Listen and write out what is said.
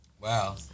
Wow